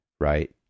Right